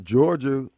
Georgia